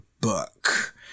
book